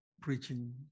preaching